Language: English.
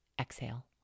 Exhale